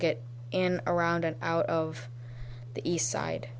get in around and out of the east side